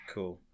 Cool